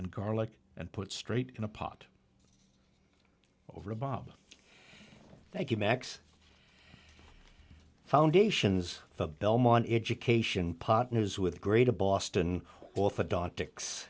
and garlic and put straight in a pot over a bob thank you max foundations the belmont education partners with greater boston orthodontics